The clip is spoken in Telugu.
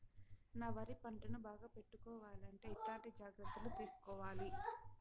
నా వరి పంటను బాగా పెట్టుకోవాలంటే ఎట్లాంటి జాగ్రత్త లు తీసుకోవాలి?